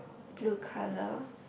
blue colour